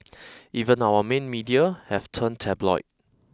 even our main media have turned tabloid